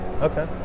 Okay